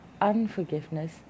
unforgiveness